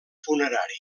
funerari